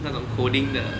那种 coding 的